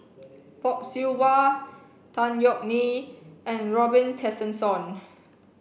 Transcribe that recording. Fock Siew Wah Tan Yeok Nee and Robin Tessensohn